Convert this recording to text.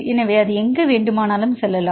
எனவே அது எங்கு வேண்டுமானாலும் செல்லலாம்